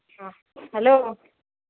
ହଁ ହେଲୋ